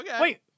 Wait